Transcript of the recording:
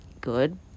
good